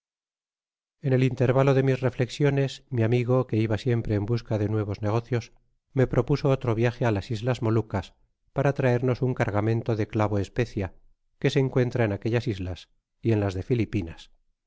en el intérvalo de mis reflexiones mi amigo que iba siempre en busca de nuevos negocios me propuso otro viaje á las islas molucas para traernos un cargamento de clavo especia que se encuentra en aquellas islas y en las de filipinas